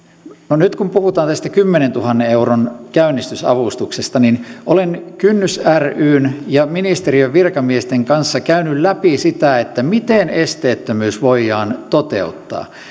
no nyt kun puhutaan tästä kymmenentuhannen euron käynnistysavustuksesta niin olen kynnys ryn ja ministeriön virkamiesten kanssa käynyt läpi sitä miten esteettömyys voidaan toteuttaa